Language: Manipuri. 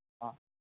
ꯑ